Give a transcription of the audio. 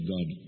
God